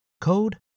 code